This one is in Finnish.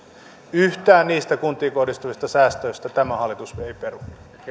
yhtään niistä kuntiin kohdistuvista säästöistä tämä hallitus ei peru